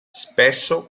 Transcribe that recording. spesso